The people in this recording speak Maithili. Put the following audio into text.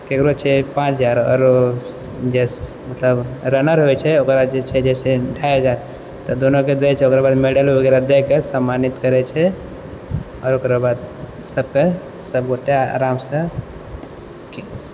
केकरो छै पाँच हजार आओर जे मतलब रनर होइत छै ओकरा जे छै से ढाइ हजार तऽ दोनोके दए छै मेडल वगैरह दएके सम्मानित करए छै आओर ओकरा बाद सबके सब गोटा आरामसंँ